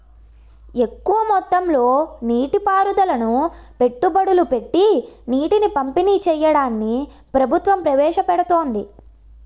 ఎక్కువ మొత్తంలో నీటి పారుదలను పెట్టుబడులు పెట్టీ నీటిని పంపిణీ చెయ్యడాన్ని ప్రభుత్వం ప్రవేశపెడుతోంది